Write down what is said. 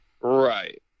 Right